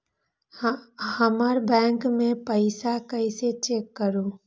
हमर बैंक में पईसा कईसे चेक करु?